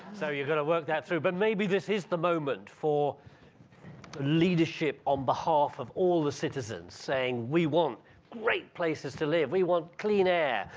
so you've got to work that through but maybe this is the moment for leadership on behalf of all the citizens saying, we want great places to live. we want clean air.